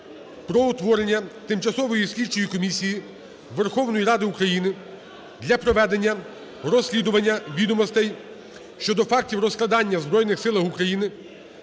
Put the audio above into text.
про утворення Тимчасової слідчої комісії Верховної Ради України для проведення розслідування відомостей щодо фактів розкрадання в Збройних Силах України